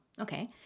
Okay